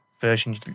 version